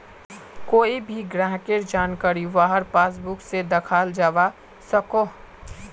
कोए भी ग्राहकेर जानकारी वहार पासबुक से दखाल जवा सकोह